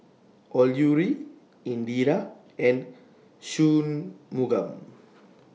Alluri Indira and Shunmugam